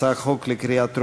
הצעת חוק לקריאה טרומית,